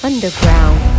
Underground